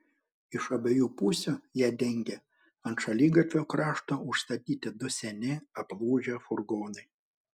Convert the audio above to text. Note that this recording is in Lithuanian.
iš abiejų pusių ją dengė ant šaligatvio krašto užstatyti du seni aplūžę furgonai